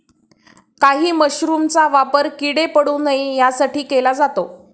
काही मशरूमचा वापर किडे पडू नये यासाठी केला जातो